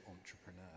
entrepreneur